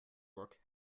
work